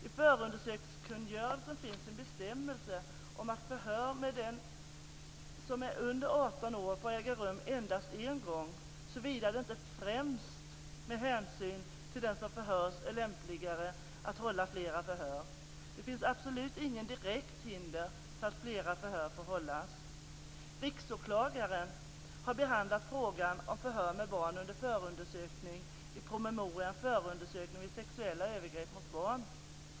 I förundersökningskungörelsen finns en bestämmelse om att förhör med den som är under 18 år får äga rum endast en gång såvida det inte, främst med hänsyn till den som förhörs, är lämpligare att hålla flera förhör. Det finns absolut inget direkt hinder för att flera förhör får hållas. Riksåklagaren har behandlat frågan om förhör med barn under förundersökning i promemorian Förundersökning vid sexuella övergrepp mot barn.